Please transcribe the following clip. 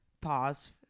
pause